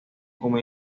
como